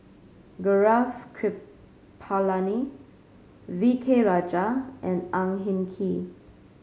Gaurav Kripalani V K Rajah and Ang Hin Kee